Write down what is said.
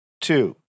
two